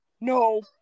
No